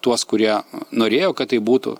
tuos kurie norėjo kad taip būtų